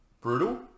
Brutal